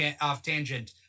off-tangent